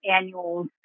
annuals